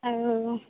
ଆଉ